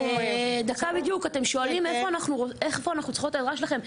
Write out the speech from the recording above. אתם שואלים איך אנחנו צריכות את העזרה שלכם.